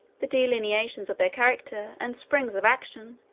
the delineations of their character and springs of action,